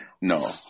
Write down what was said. No